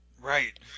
Right